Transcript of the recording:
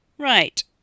Right